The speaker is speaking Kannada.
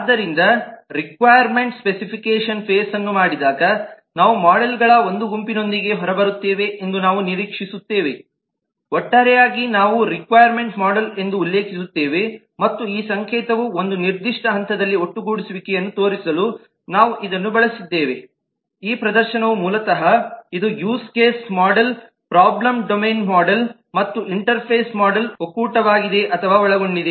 ಆದ್ದರಿಂದ ರಿಕ್ವಾಯ್ರ್ಮೆಂಟ್ ಸ್ಪೆಸಿಫಿಕೇಷನ್ ಫೇಸ್ ನ್ನು ಮಾಡಿದಾಗ ನಾವು ಮೋಡೆಲ್ಗಳ ಒಂದು ಗುಂಪಿನೊಂದಿಗೆ ಹೊರಬರುತ್ತೇವೆ ಎಂದು ನಾವು ನಿರೀಕ್ಷಿಸುತ್ತೇವೆ ಒಟ್ಟಾರೆಯಾಗಿ ನಾವು ರಿಕ್ವಾಯ್ರ್ಮೆಂಟ್ ಮೋಡೆಲ್ ಎಂದು ಉಲ್ಲೇಖಿಸುತ್ತೇವೆ ಮತ್ತು ಈ ಸಂಕೇತವು ಒಂದು ನಿರ್ದಿಷ್ಟ ಹಂತದಲ್ಲಿ ಒಟ್ಟುಗೂಡಿಸುವಿಕೆಯನ್ನು ತೋರಿಸಲು ನಾವು ಇದನ್ನು ಬಳಸಿದ್ದೇವೆ ಈ ಪ್ರದರ್ಶನವು ಮೂಲತಃ ಇದು use case model problem domain model ಮತ್ತು ಇಂಟರ್ಫೇಸ್ ಮೋಡೆಲ್ ಒಕ್ಕೂಟವಾಗಿದೆ ಅಥವಾ ಒಳಗೊಂಡಿದೆ